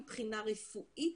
מבחינה רפואית,